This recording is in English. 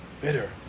Bitter